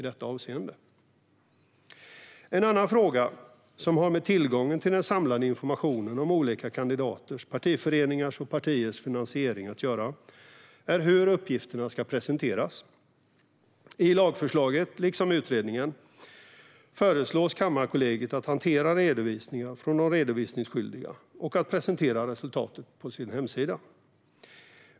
En annan fråga som har med tillgången till den samlade informationen om olika kandidaters, partiföreningars och partiers finansiering att göra är hur uppgifterna ska presenteras. I lagförslaget, liksom i utredningen, föreslås Kammarkollegiet att hantera redovisningar från de redovisningsskyldiga och att presentera resultatet på sin hemsida.